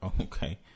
Okay